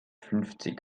fünfzig